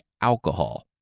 alcohol